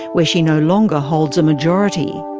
where she no longer holds a majority.